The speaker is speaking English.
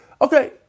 okay